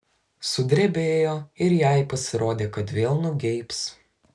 sudrebėjo ir jai pasirodė kad vėl nugeibs